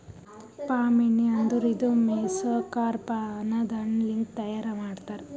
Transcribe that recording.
palm ಎಣ್ಣಿ ಅಂದುರ್ ಇದು ಮೆಸೊಕಾರ್ಪ್ ಅನದ್ ಹಣ್ಣ ಲಿಂತ್ ತೈಯಾರ್ ಮಾಡ್ತಾರ್